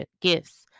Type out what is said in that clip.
gifts